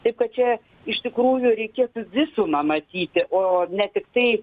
taip kad čia iš tikrųjų reikėtų visumą matyti o ne tiktai